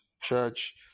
church